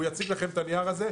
והוא יציג לכם את הנייר הזה.